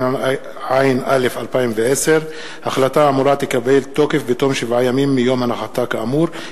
התשע"א 2011. ההחלטה האמורה תקבל תוקף בתום שבעה ימים מיום הנחתה כאמור,